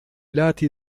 lati